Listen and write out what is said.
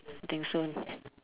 I think soon